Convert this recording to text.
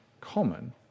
common